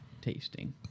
tasting